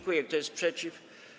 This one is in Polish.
Kto jest przeciw?